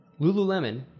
Lululemon